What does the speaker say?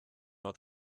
not